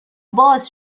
باز